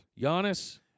Giannis